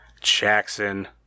Jackson